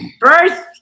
First